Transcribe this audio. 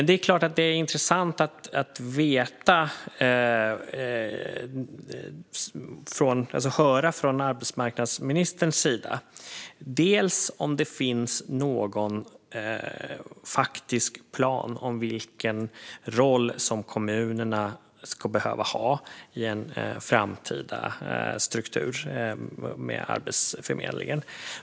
Det vore intressant att höra från arbetsmarknadsministern om det finns någon faktisk plan vad gäller vilken roll som kommunerna ska ha i en framtida struktur med Arbetsförmedlingen.